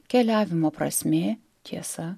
keliavimo prasmė tiesa